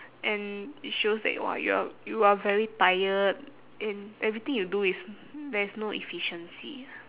and it shows that !wah! you are you are very tired and everything you do is there is no efficiency